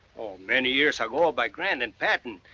many years ago by grant and patent,